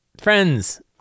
friends